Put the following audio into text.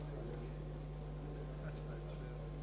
Hvala